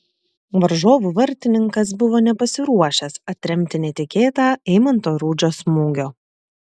varžovų vartininkas buvo nepasiruošęs atremti netikėtą eimanto rudžio smūgio